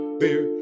beer